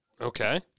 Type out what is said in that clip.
Okay